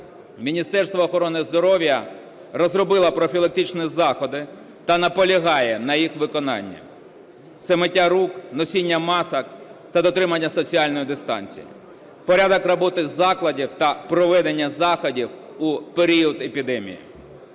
Міністерство охорони здоров'я розробило профілактичні заходи та наполягає на їх виконанні: це миття рук, носіння масок та дотримання соціальної дистанції, порядок роботи закладів та проведення заходів у період епідемії.